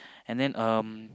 and then um